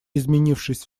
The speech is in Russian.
изменившись